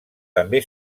també